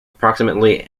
approximately